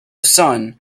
son